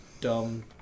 dumb